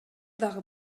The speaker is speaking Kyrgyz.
дагы